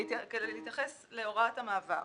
לגבי הוראת המעבר,